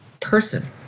person